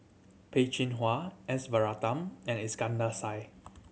Peh Chin Hua S Varathan and Iskandar Shah